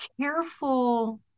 careful